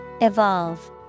Evolve